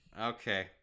okay